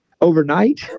overnight